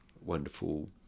wonderful